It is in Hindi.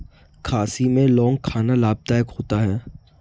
खांसी में लौंग खाना लाभदायक होता है